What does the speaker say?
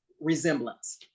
resemblance